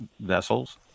vessels